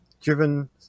driven